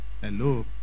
Hello